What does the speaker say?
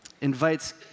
invites